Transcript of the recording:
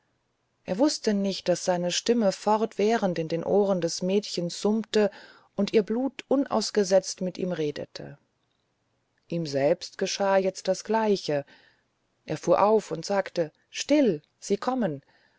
er wußte nicht daß seine stimme fortwährend in den ohren des mädchens summte und ihr blut unausgesetzt mit ihm redete ihm selbst geschah jetzt das gleiche er fuhr auf und sagte still sie kommen